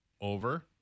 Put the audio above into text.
over